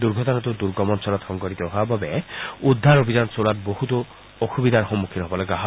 দুৰ্ঘটনাটো দুৰ্গম অঞ্চলত সংঘটিত হোৱা বাবে উদ্ধাৰ অভিযান চলোৱাত বছত অসুবিধাৰ সন্মুখীন হ'ব লগা হৈছে